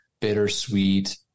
bittersweet